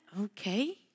okay